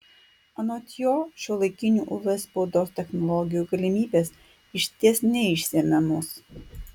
anot jo šiuolaikinių uv spaudos technologijų galimybės išties neišsemiamos